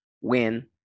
win